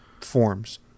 forms